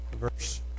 verse